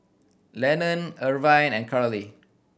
Lennon Irvin and Carley